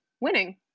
winning